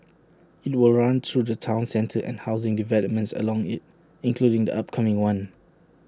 IT will run through the Town centre and housing developments along IT including the upcoming one